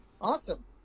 Awesome